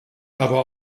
aber